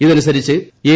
ഇതനുസരിച്ച് എം